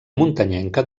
muntanyenca